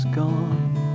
gone